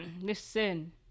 Listen